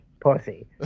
pussy